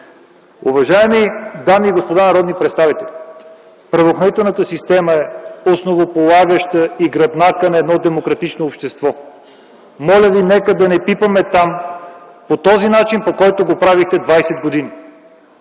Уважаеми дами и господа народни представители! Правоохранителната система е основополагаща и гръбнакът на едно демократично общество. Моля ви, нека да не пипаме там по този начин, по който го правихте 20 години.